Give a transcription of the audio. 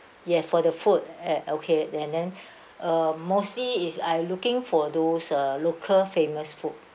ya for the food and okay and then uh mostly is I looking for those uh local famous food